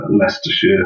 Leicestershire